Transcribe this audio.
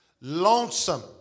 lonesome